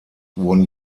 wurden